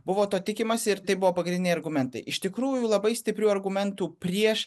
buvo to tikimasi ir tai buvo pagrindiniai argumentai iš tikrųjų labai stiprių argumentų prieš